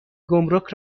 گمرک